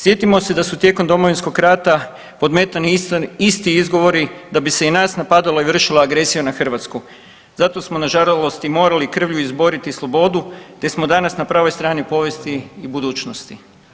Sjetimo se da su tijekom Domovinskog rata podmetani isti izgovori da bi se i nas napadala i vršila agresija na Hrvatsku, zato smo nažalost i morali krvlju izboriti slobodu te smo danas na pravoj strani povijesti i budućnosti.